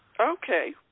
Okay